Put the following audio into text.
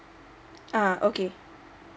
ah okay